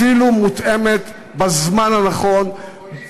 אפילו מותאמת בזמן הנכון, פופוליסטית.